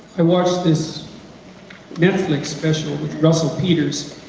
i watch this netflix special with russel peters,